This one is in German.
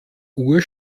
uhr